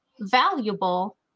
valuable